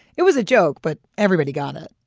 it was a joke, but everybody got it